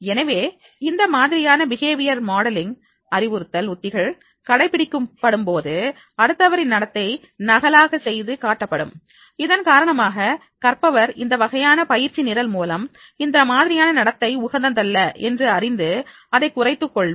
எனவே இந்த மாதிரியான பிஹேவியர் மாடலிங் அறிவுறுத்தல் உத்திகள் கடைபிடிக்கப்படும் போது அடுத்தவரின் நடத்தை நகலாக செய்து காட்டப்படும் இதன் காரணமாக கற்பவர் இந்த வகையான பயிற்சி நிரல் மூலம் இந்த மாதிரியான நடத்தை உகந்ததல்ல என்று அறிந்து அதை குறைத்துக் கொள்வர்